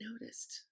noticed